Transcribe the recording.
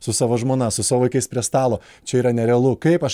su savo žmona su savo vaikais prie stalo čia yra nerealu kaip aš